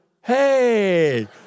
Hey